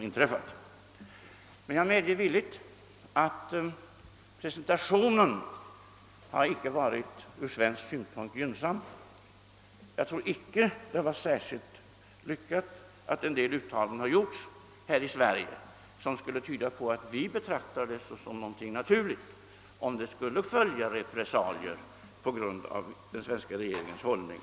Jag medger emellertid villigt att presentationen från svensk synpunkt icke varit gynnsam. Jag tror icke att det varit särskilt lyckosamt att en del uttalanden gjorts här i Sverige, vilka tyder på att vi skulle betrakta det såsom något naturligt om repressalier skulle följa på grund av den svenska regeringens hållning.